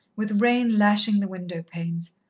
with rain lashing the window-panes,